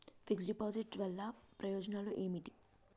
Fix డ్ deposit వల్ల ప్రయోజనాలు ఏమిటి?